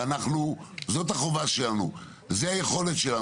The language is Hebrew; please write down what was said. זאת החובה שלנו, זאת היכולת שלנו.